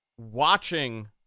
Watching